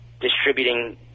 distributing